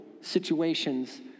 situations